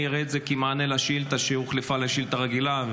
אראה את זה כמענה לשאילתה שהוחלפה לשאילתה רגילה,